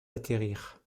atterrir